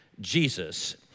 Jesus